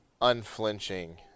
unflinching